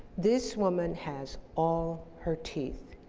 this woman has all her teeth.